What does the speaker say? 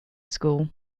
school